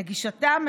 לגישתם,